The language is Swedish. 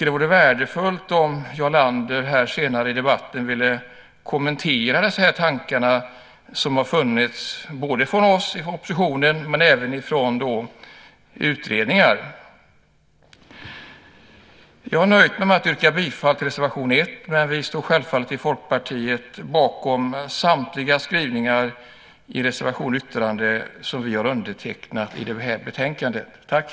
Det vore värdefullt om Jarl Lander senare i debatten ville kommentera de tankar som har funnits hos oppositionen och i utredningar. Jag har nöjt mig med att yrka bifall till reservation 1, men vi i Folkpartiet står självfallet bakom samtliga skrivningar i de reservationer och yttranden till betänkandet som vi har skrivit under.